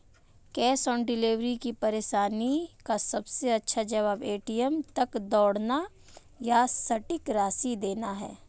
cash on delivery की परेशानी का सबसे अच्छा जवाब, ए.टी.एम तक दौड़ना या सटीक राशि देना है